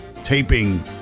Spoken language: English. taping